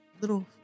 little